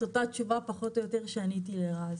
אותה תשובה פחות או יותר שעניתי לרז.